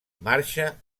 marxa